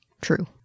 True